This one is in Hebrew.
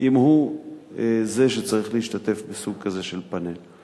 אם הוא זה שצריך להשתתף בסוג כזה של פאנל.